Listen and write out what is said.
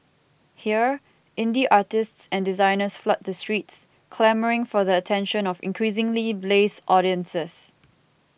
here indie artists and designers flood the streets clamouring for the attention of increasingly blase audiences